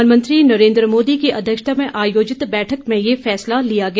प्रधानमंत्री नरेंद्र मोदी की अध्यक्षता में आयाजित बैठक में यह फैसला लिया गया